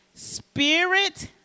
Spirit